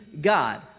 God